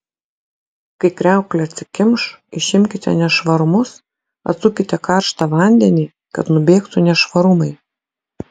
kai kriauklė atsikimš išimkite nešvarumus atsukite karštą vandenį kad nubėgtų nešvarumai